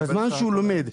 בזמן שהוא לומד.